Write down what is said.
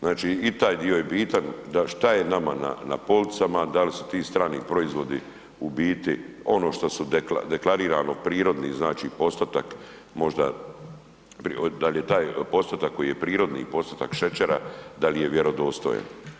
Znači i taj dio je bitan, šta je nama na policama, da li su ti strani proizvodi u biti ono što su deklarirano prirodni, znači postotak možda, da li je taj postotak koji je prirodni postotak šećera, da li je vjerodostojan.